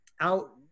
out